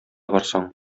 барсаң